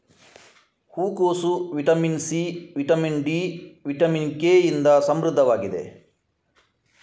ಹೂಕೋಸು vitamin C, vitamin D, vitamin K ಇಂದ ಸಮೃದ್ಧವಾಗಿದೆ